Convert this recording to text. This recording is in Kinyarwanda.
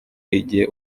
igihe